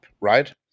right